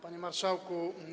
Panie Marszałku!